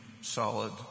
solid